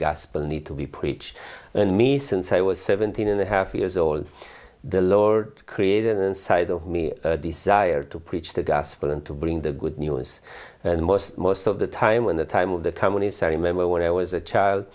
gospel need to be preached and me since i was seventeen and a half years old the lord created inside of me desire to preach the gospel and to bring the good news and most most of the time when the time of the companies i remember when i was a child